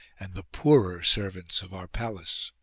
and the poorer servants of our palace.